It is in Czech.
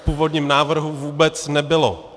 V původním návrhu vůbec nebylo.